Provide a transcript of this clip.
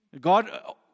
God